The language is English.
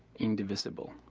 indivisible.